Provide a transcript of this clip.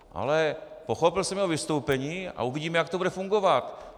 Ale pochopil jsem jeho vystoupení a uvidíme, jak to bude fungovat.